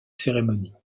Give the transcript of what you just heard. cérémonies